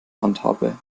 handhabe